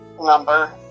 number